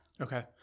Okay